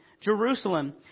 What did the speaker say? Jerusalem